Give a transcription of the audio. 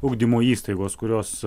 ugdymo įstaigos kurios